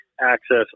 access